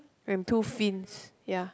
and two fins ya